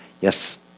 Yes